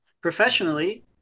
Professionally